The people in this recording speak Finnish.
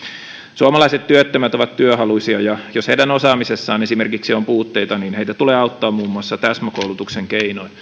suomalaiset työttömät ovat työhaluisia ja jos esimerkiksi heidän osaamisessaan on puutteita niin heitä tulee auttaa muun muassa täsmäkoulutuksen keinoin